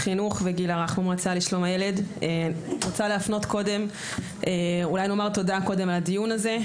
אני רוצה לומר תודה על הדיון הזה.